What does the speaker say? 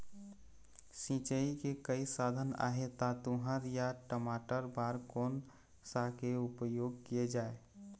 सिचाई के कई साधन आहे ता तुंहर या टमाटर बार कोन सा के उपयोग किए जाए?